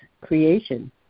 creation